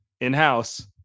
in-house